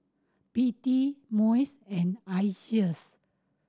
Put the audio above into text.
P T MUIS and ISEAS